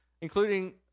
including